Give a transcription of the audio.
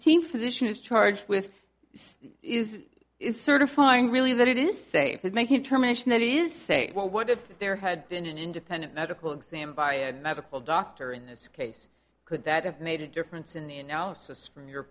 team physician is charged with is is sort of fine really that it is safe and making terminations that is say what if there had been an independent medical exam by a medical doctor in this case could that have made a difference in the analysis from your